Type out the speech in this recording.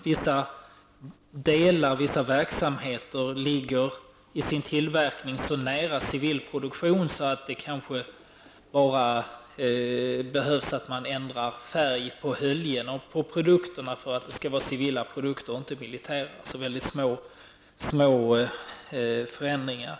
Vissa delar och verksamheter ligger i sin tillverkning så nära civil produktion att det kanske bara behövs att man ändrar färg på produkternas höljen för att dessa skall bli civila. Det kan alltså handla om väldigt små förändringar.